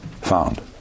found